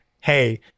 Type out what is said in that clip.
Hey